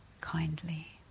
kindly